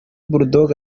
bulldogg